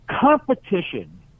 Competition